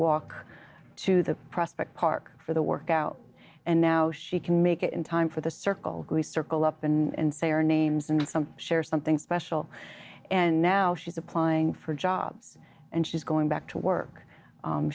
walk to the prospect park for the workout and now she can make it in time for the circle circle up and say our names and some share something special and now she's applying for jobs and she's going back to work